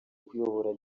kuyobora